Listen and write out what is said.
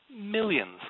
Millions